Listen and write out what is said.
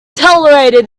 tolerated